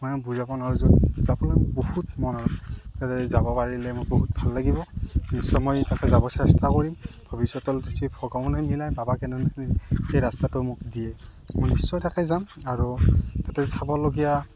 মই বুজাব নোৱাৰোঁ য'ত যাবলৈ বহুত মন আছে তাতে যাব পাৰিলে মই বহুত ভাল লাগিব নিশ্চয় মই তাতে যাব চেষ্টা কৰিম ভৱিষ্যতলৈ যদি ভগৱানে নিলে বাবা কেদাৰনাথে সেই ৰাস্তাটো মোক দিয়ে মই নিশ্চয় তাকে যাম আৰু তাতে চাবলগীয়া